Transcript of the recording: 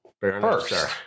first